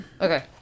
Okay